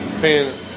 paying